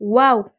wow